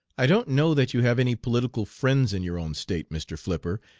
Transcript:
i don't know that you have any political friends in your own state, mr. flipper,